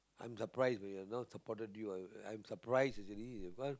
I'm surprise when you are not supported you are I'm surprise easily but